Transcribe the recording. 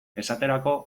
esaterako